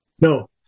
No